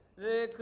the